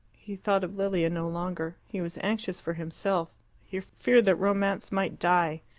he thought of lilia no longer. he was anxious for himself he feared that romance might die.